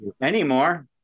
anymore